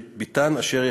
תודה, אדוני